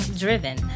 driven